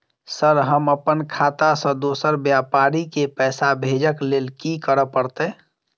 Sir हम अप्पन खाता सऽ दोसर व्यापारी केँ पैसा भेजक लेल की करऽ पड़तै?